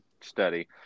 study